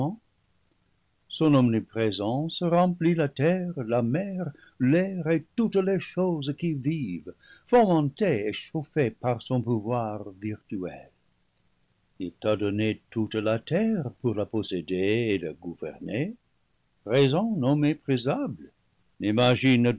omniprésence remplit la terre la mer l'air et toutes les choses qui vivent fomentées et chauf fées par son pouvoir virtuel il t'a donné toute la terre pour la posséder et la gouverner présent non méprisable